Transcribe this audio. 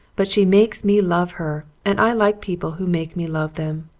but she makes me love her and i like people who make me love them.